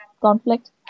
conflict